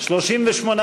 אי-אמון בממשלה לא נתקבלה.